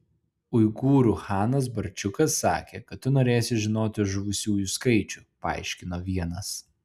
uigūrų chanas barčiukas sakė kad tu norėsi žinoti žuvusiųjų skaičių paaiškino vienas